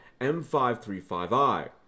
M535i